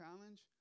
Challenge